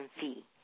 fee